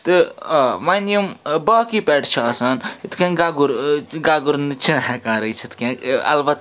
تہٕ آ وۄنۍ یِم باقٕے پٮ۪ٹ چھِ آسان یِتھ کٔنۍ گَگُر گَگُر چھِنہٕ ہٮ۪کان رٔچھِتھ کیٚنٛہہ اَلبتہ